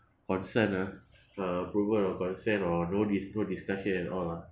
consent ah approval or consent or no dis~ no discussion at all ah